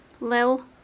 Lil